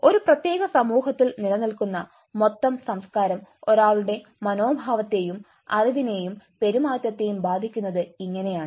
ഒരു പ്രത്യേക സമൂഹത്തിൽ നിലനിൽക്കുന്ന മൊത്തം സംസ്കാരം ഒരാളുടെ മനോഭാവത്തെയും അറിവിനെയും പെരുമാറ്റത്തെയും ബാധിക്കുന്നത് ഇങ്ങനെയാണ്